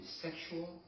sexual